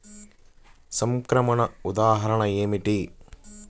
సంక్రమణ ఉదాహరణ ఏమిటి?